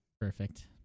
Perfect